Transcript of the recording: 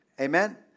Amen